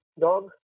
dog